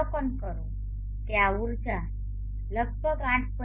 અવલોકન કરો કે આ ઉર્જા લગભગ 8